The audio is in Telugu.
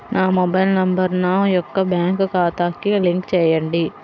నా మొబైల్ నంబర్ నా యొక్క బ్యాంక్ ఖాతాకి లింక్ చేయండీ?